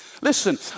Listen